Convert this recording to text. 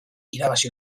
irabazi